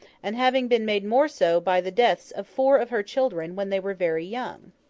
and having been made more so by the deaths of four of her children when they were very young.